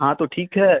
हाँ तो ठीक है